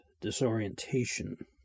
disorientation